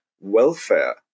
welfare